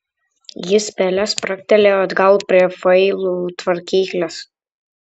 jis pele spragtelėjo atgal prie failų tvarkyklės